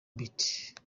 bit